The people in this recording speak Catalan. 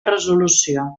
resolució